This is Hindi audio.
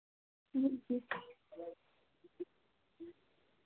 जी